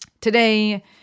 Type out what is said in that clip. today